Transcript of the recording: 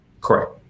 Correct